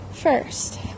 first